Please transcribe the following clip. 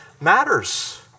matters